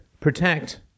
protect